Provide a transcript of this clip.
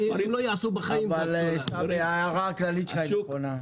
אבל סמי, ההערה הכללית שלך נכונה.